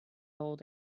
old